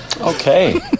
Okay